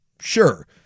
Sure